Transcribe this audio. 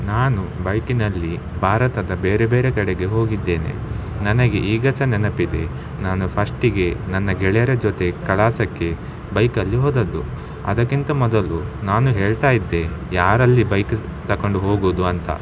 ನಾನು ಬೈಕಿನಲ್ಲಿ ಭಾರತದ ಬೇರೆ ಬೇರೆ ಕಡೆಗೆ ಹೋಗಿದ್ದೇನೆ ನನಗೆ ಈಗ ಸಹ ನೆನಪಿದೆ ನಾನು ಫಸ್ಟಿಗೆ ನನ್ನ ಗೆಳೆಯರ ಜೊತೆ ಪ್ರವಾಸಕ್ಕೆ ಬೈಕಲ್ಲಿ ಹೋದದ್ದು ಅದಕ್ಕಿಂತ ಮೊದಲು ನಾನು ಹೇಳ್ತಾಯಿದ್ದೆ ಯಾರಲ್ಲಿ ಬೈಕ್ ತಕೊಂಡು ಹೋಗೋದು ಅಂತ